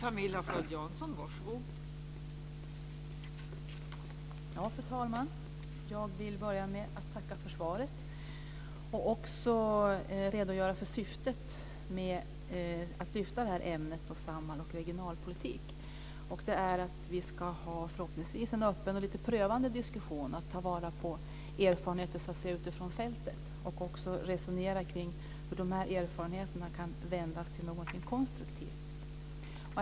Fru talman! Jag vill börja med att tacka för svaret. Jag ska också redogöra för syftet med att lyfta ämnet Samhall och regionalpolitik. Vi ska förhoppningsvis ha en öppen och lite prövande diskussion och ta vara på erfarenheter ute från fältet och också resonera kring hur de erfarenheterna kan vändas till någonting konstruktivt.